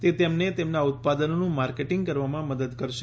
તે તેમને તેમના ઉત્પાદનોનું માર્કેટિંગ કરવામાં મદદ કરશે